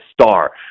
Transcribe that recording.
star